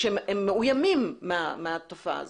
שהם מאוימים מהתופעה הזאת.